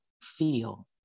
feel